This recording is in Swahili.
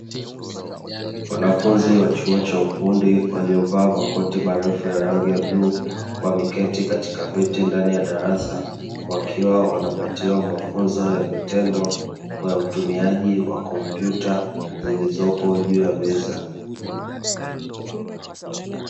Wanafunzi wa chuo cha ufundi waliovaa makoti marefu ya rangi ya bluu, wameketi katika viti ndani ya darasa; wakiwa wanapatiwa mafunzo ya vitendo ya utumiaji wa kompyuta zilizopo juu ya meza.